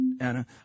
Anna